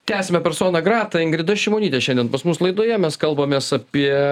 tęsiame persona grata ingrida šimonytė šiandien pas mus laidoje mes kalbamės apie